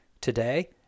Today